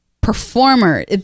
performer